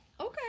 Okay